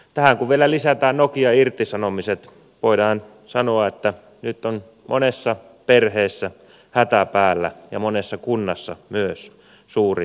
tähän kun vielä lisätään nokian irtisanomiset voidaan sanoa että nyt on monessa perheessä hätä päällä ja myös monessa kunnassa suuri hätä